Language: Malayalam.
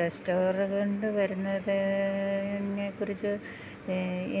റെസ്റ്റോറന്റ് വരുന്നതിനെക്കുറിച്ച്